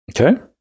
Okay